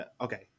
okay